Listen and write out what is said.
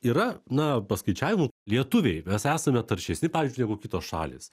yra na paskaičiavimų lietuviai mes esame taršesni pavyzdžiui negu kitos šalys